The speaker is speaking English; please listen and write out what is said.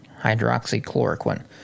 Hydroxychloroquine